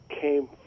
came